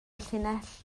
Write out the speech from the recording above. llinell